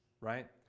right